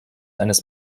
eines